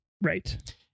Right